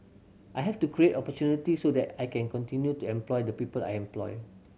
I have to create opportunity so that I can continue to employ the people I employ